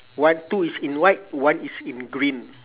one two is in white one is in green